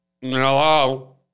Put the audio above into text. hello